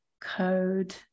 code